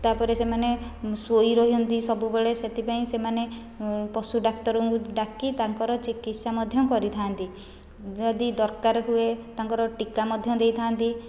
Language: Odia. ତା'ପରେ ସେମାନେ ଶୋଇ ରହନ୍ତି ସବୁବେଳେ ସେଥିପାଇଁ ସେମାନେ ପଶୁ ଡାକ୍ତରଙ୍କୁ ଡାକି ତାଙ୍କର ଚିକିତ୍ସା ମଧ୍ୟ କରିଥାନ୍ତି ଯଦି ଦରକାର ହୁଏ ତାଙ୍କର ଟୀକା ମଧ୍ୟ ଦେଇଥାନ୍ତି